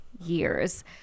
years